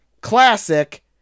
classic